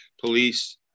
police